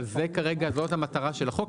אבל זאת המטרה של החוק.